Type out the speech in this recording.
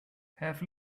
have